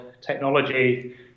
technology